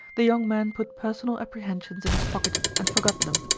the young man put personal apprehensions in his pocket and forgot them,